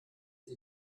die